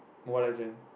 Mobile-Legends